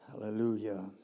Hallelujah